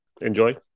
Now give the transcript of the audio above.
Enjoy